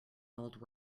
old